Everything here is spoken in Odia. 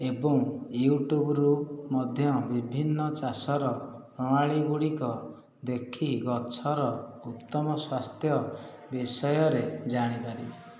ଏବଂ ୟୁଟ୍ୟୁବ୍ରୁ ମଧ୍ୟ ବିଭିନ୍ନ ଚାଷର ପ୍ରଣାଳୀଗୁଡ଼ିକ ଦେଖି ଗଛର ଉତ୍ତମ ସ୍ୱାସ୍ଥ୍ୟ ବିଷୟରେ ଜାଣିପାରେ